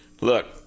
look